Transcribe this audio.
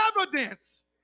evidence